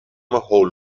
هول